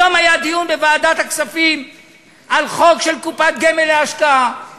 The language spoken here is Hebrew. היום היה דיון בוועדת הכספים על חוק של קופת גמל להשקעה,